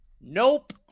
Nope